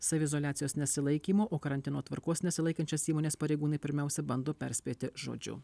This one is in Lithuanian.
saviizoliacijos nesilaikymu o karantino tvarkos nesilaikančias įmones pareigūnai pirmiausia bando perspėti žodžiu